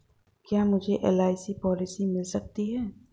क्या मुझे LIC policy मिल सकती है?